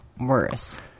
worse